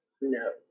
no